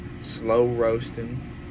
slow-roasting